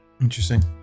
Interesting